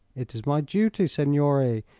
it is my duty, signore,